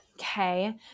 Okay